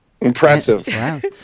Impressive